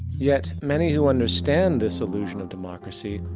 yet many who understand this illusion of democracy,